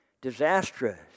Disastrous